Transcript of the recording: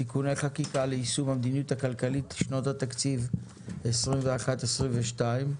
(תיקוני חקיקה ליישום המדיניות הכלכלית לשנות התקציב 2021 ו-2022).